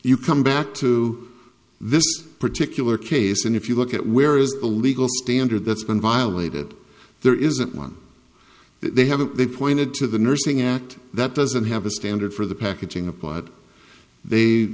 you come back to this particular case and if you look at where is the legal standard that's been violated there isn't one they haven't they pointed to the nursing act that doesn't have a standard for the packaging applied they